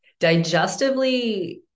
digestively